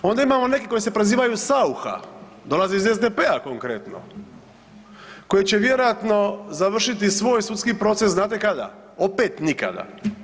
Onda imamo neke koji se prezivaju Saucha dolazi iz SDP-a konkretno, koji će vjerojatno završiti svoj sudski proces znate kada, opet nikada.